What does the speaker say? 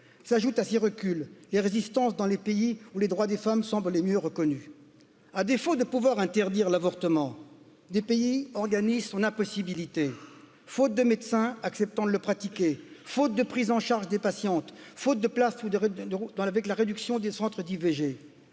s'ajoutent à ces reculs les résistances dans les pays où les droits des femmes semblent les mieux reconnus à défaut de pouvoir interdire l'avortement des pays organisent son impossibilité faute de médecins acceptant de le pratiquer faute de prise en charge des patientes faute de place avec la réduction des centres d'v